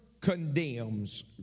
condemns